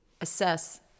assess